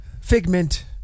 Figment